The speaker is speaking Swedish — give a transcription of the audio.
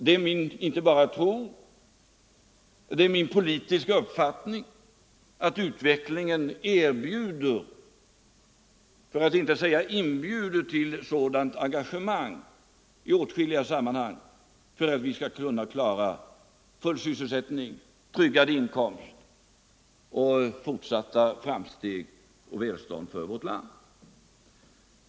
Det är inte bara min tro, det är min politiska uppfattning att utvecklingen erbjuder för att inte säga inbjuder till sådant engagemang i åtskilliga sammanhang för att vi skall kunna klara full sysselsättning, tryggad inkomst, fortsatta framsteg och välstånd för vårt land.